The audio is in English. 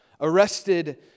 arrested